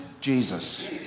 Jesus